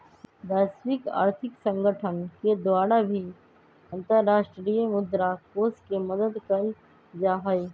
वैश्विक आर्थिक संगठन के द्वारा भी अन्तर्राष्ट्रीय मुद्रा कोष के मदद कइल जाहई